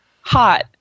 hot